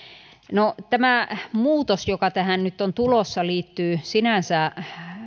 no tämä muutos joka tähän nyt on tulossa liittyy sinänsä